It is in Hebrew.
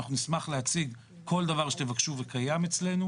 אנחנו נשמח להציג כל דבר שתבקשו וקיים אצלנו.